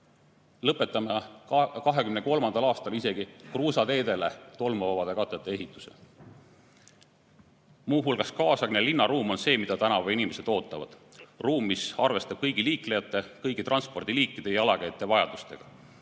Lõpetame 2023. aastal isegi kruusateedele tolmuvabade katete ehituse. Muu hulgas on kaasaegne linnaruum see, mida tänapäeva inimesed ootavad, ruum, mis arvestab kõigi liiklejate, kõigi transpordiliikide ja jalakäijate vajadustega.